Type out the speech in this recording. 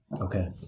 Okay